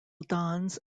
dons